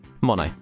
Mono